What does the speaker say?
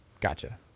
Gotcha